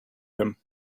him